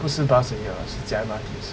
不是 bus 而已是加 M_R_T